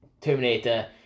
Terminator